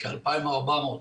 כ-2,400.